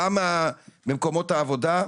גם ממקומות העבודה,